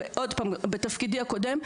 עוד פעם בתפקידי הקודם,